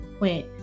wait